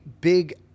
big